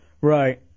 Right